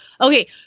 Okay